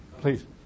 Please